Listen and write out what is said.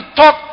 talk